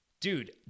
dude